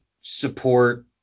support